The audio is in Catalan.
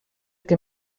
que